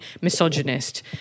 misogynist